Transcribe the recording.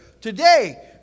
today